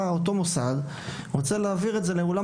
אם אותו מוסד רוצה להעביר את זה לאולם